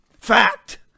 Fact